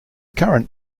current